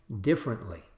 differently